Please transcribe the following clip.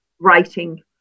writing